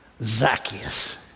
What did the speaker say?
Zacchaeus